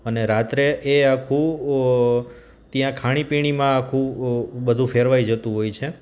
અને રાત્રે એ આખું ત્યાં ખાણીપીણીમાં આખું બધું ફેરવાઈ જતું હોય છે